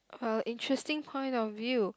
uh interesting point of view